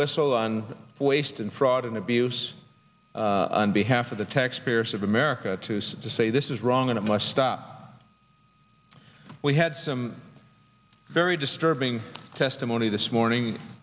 whistle on waste and fraud and abuse and behalf of the taxpayers of america to say this is wrong and it must stop we had some very disturbing testimony this morning